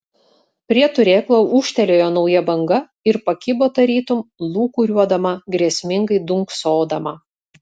prie turėklo ūžtelėjo nauja banga ir pakibo tarytum lūkuriuodama grėsmingai dunksodama